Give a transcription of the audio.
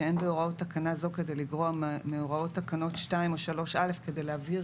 שאין בהוראות תקנה זו כדי לגרוע מהוראות תקנות 2 או 3א כדי להבהיר